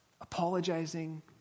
apologizing